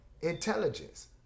intelligence